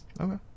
okay